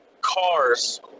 cars